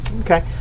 Okay